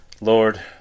Lord